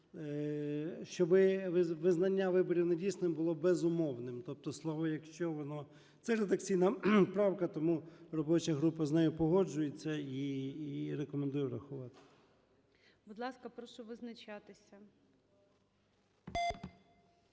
щоби визнання виборів недійсними було безумовним. Тобто слово "якщо", воно… Тобто це редакційна правка, тому робоча група з нею погоджується і рекомендує врахувати. ГОЛОВУЮЧИЙ. Будь ласка, прошу визначатися.